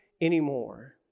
anymore